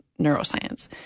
neuroscience